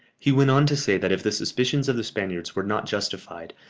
he went on to say that if the suspicions of the spaniards were not justified,